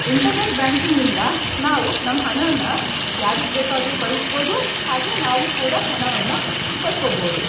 internet ಬ್ಯಾಂಕಿಂಗಿಂದ ನಾವು ನಮ್ಮ ಹಣಾನ ಯಾರಿಗೆ ಬೇಕಾದರೂ ಕಳ್ಸ್ಬೋದು ಹಾಗೆ ನಾವು ಕೂಡ ಹಣವನ್ನು ಪಡ್ಕೋಬೋದು